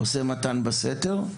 עושה מתן בסתר,